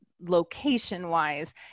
location-wise